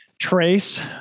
trace